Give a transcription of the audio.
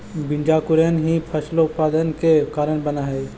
बीजांकुरण ही फसलोत्पादन के कारण बनऽ हइ